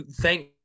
thank